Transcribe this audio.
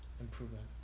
improvement